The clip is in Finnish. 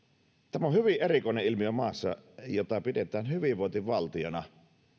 tämä on hyvin erikoinen ilmiö maassa jota pidetään hyvinvointivaltiona